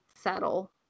settle